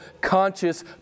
conscious